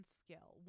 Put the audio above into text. skill